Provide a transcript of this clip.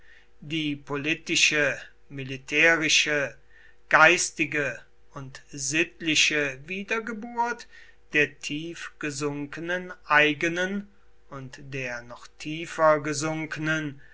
die politische militärische geistige und sittliche wiedergeburt der tiefgesunkenen eigenen und der noch tiefer gesunkenen